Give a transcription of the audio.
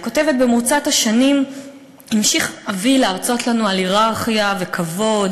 "במרוצת השנים המשיך אבי להרצות לנו על הייררכיה וכבוד,